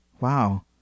Wow